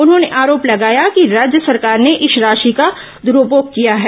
उन्होंने आरोप लगाया कि राज्य सरकार ने इस राशि का दूरूपयोग किया है